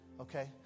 Okay